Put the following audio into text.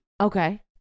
okay